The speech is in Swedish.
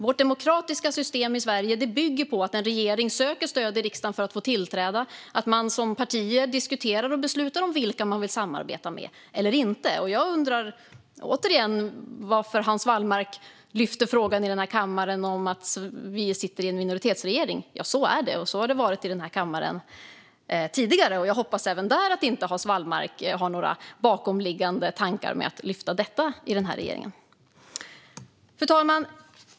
Vårt demokratiska system i Sverige bygger på att en regering söker stöd i riksdagen för att få tillträda och att partierna diskuterar och beslutar om vilka man vill samarbeta med eller inte. Jag undrar återigen varför Hans Wallmark lyfter frågan i den här kammaren om att vi sitter i en minoritetsregering. Så är det, och så har det varit i den här kammaren tidigare också. Jag hoppas att Hans Wallmark inte heller där har några bakomliggande tankar med att lyfta fram detta. Fru talman!